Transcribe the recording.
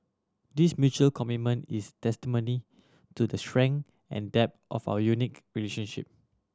this mutual commitment is testimony to the strength and depth of our unique relationship